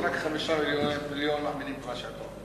רק 5 מיליונים מאמינים במה שאתה אומר.